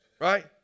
Right